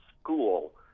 school